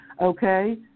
okay